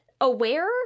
aware